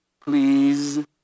Please